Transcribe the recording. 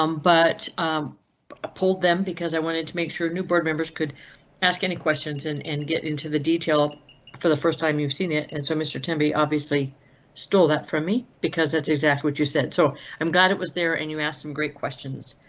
um but um pulled them because i wanted to make sure new board members could ask any questions and and get into the detail for the first time. you've seen it, and so mr tim be obviously stole that from me, because that's exactly what you said, so i'm glad it was there. an you asked some great questions.